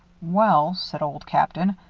well, said old captain,